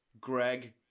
Greg